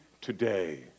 today